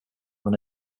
than